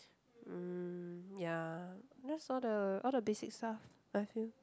mm ya that's all the all the basic stuff I feel